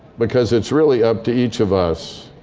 because it's really up to each of us.